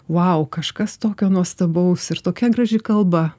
vau kažkas tokio nuostabaus ir tokia graži kalba